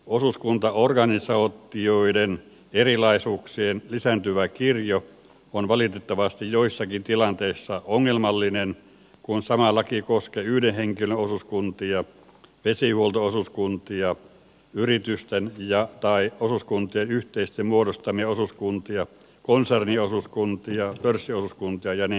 osuuskuntaorganisaatioiden erilaisuuksien lisääntyvä kirjo on valitettavasti joissakin tilanteissa ongelmallinen kun sama laki koskee yhden henkilön osuuskuntia vesihuolto osuuskuntia yritysten tai osuuskuntien yhteisesti muodostamia osuuskuntia konserniosuuskuntia pörssiosuuskuntia ja niin edelleen